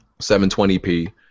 720p